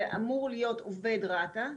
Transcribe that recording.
זה אמור להיות עובד רת"א.